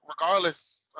regardless